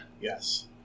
Yes